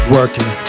working